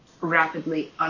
rapidly